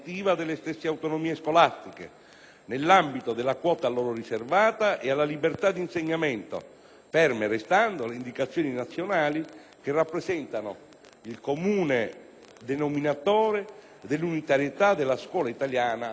nell'ambito della quota a loro riservata, e alla libertà di insegnamento, ferme restando le Indicazioni nazionali, che rappresentano il comune denominatore dell'unitarietà della scuola italiana tante volte evocata.